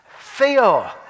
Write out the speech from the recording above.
Theo